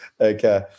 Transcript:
Okay